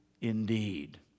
indeed